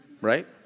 right